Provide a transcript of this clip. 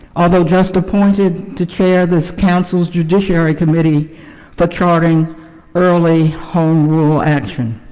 although just appointed to chair this council's judiciary committee for charting early home rule action.